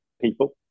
people